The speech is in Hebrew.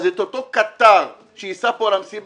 אז שיהיה רכש גומלין באותו קטר שייסע פה על המסילה.